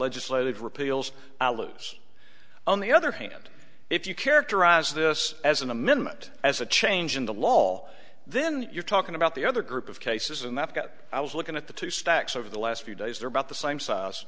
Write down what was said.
aloes on the other hand if you characterize this as an amendment as a change in the law then you're talking about the other group of cases and that's got i was looking at the two stacks over the last few days there about the same size